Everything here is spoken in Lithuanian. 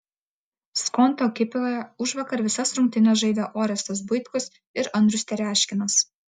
skonto ekipoje užvakar visas rungtynes žaidė orestas buitkus ir andrius tereškinas